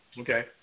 Okay